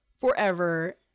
forever